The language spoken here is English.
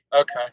Okay